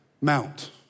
mount